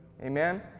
Amen